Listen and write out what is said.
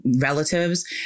relatives